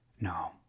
no